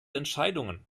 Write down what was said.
entscheidungen